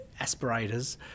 aspirators